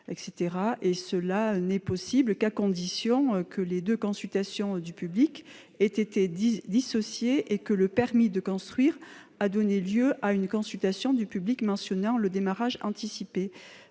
cela ne sera possible qu'à condition que les deux consultations du public aient été dissociées et que le permis de construire ait donné lieu à une consultation du public mentionnant le démarrage anticipé.